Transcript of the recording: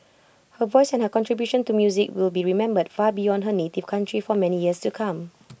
her voice and contribution to music will be remembered far beyond her native county for many years to come